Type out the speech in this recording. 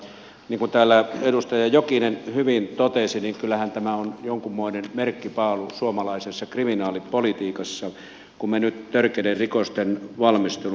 niin kuin täällä edustaja jokinen hyvin totesi kyllähän tämä on jonkinmoinen merkkipaalu suomalaisessa kriminaalipolitiikassa kun me nyt törkeiden rikosten valmistelun kriminalisoimme